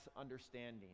understanding